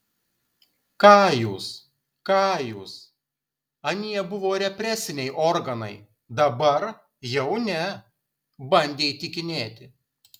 ką jūs ką jūs anie buvo represiniai organai dabar jau ne bandė įtikinėti